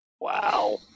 Wow